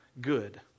good